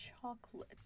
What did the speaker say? chocolate